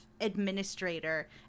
administrator